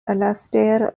alastair